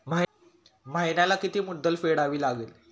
महिन्याला किती मुद्दल फेडावी लागेल?